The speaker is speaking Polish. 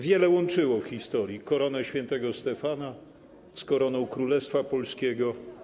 Wiele łączyło w historii Koronę Świętego Stefana z Koroną Królestwa Polskiego.